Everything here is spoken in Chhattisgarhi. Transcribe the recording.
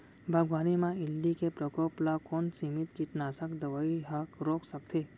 बागवानी म इल्ली के प्रकोप ल कोन सीमित कीटनाशक दवई ह रोक सकथे?